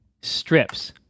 strips